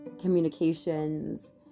communications